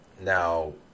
now